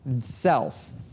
self